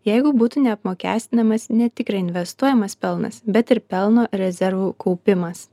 jeigu būtų neapmokestinamas ne tik reinvestuojamas pelnas bet ir pelno rezervų kaupimas